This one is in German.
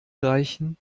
reichen